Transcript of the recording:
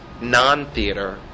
non-theater